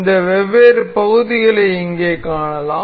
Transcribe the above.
இந்த வெவ்வேறு பகுதிகளை இங்கே காணலாம்